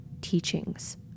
teachings